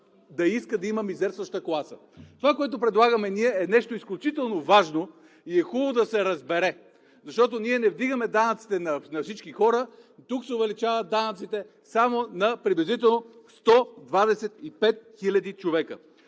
да иска да има мизерстваща класа. Ние предлагаме нещо изключително важно и е хубаво да се разбере, защото не вдигаме данъците на всички хора, а тук се увеличават данъците само на приблизително 125 хиляди човека.